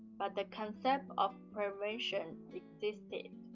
but the concept of prevention existed,